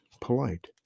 polite